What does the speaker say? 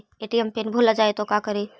ATM PIN भुला जाए तो का करी?